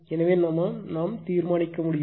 எனவே தீர்மானிக்க முடியும்